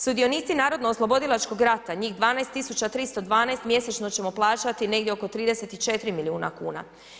Sudionici narodno oslobodilačkog rata, 12 312, mjesečno ćemo plaćati negdje oko 34 milijuna kuna.